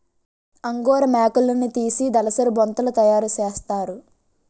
angora మేకలున్నితీసి దలసరి బొంతలు తయారసేస్తారు